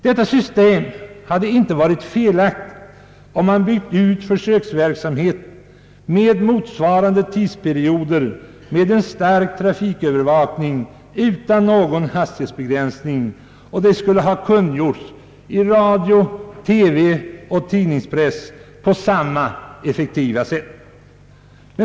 Detta system hade inte varit felaktigt om man byggt ut försöksverksamheten med motsvarande tidsperioder med en stark trafikövervakning utan någon hastighetsbegränsning. Det skulle ha kungjorts i radio, TV och tidningspress på samma effektiva sätt.